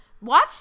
watch